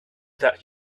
that